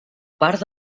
part